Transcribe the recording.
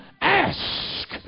ask